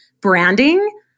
branding